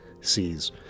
sees